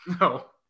No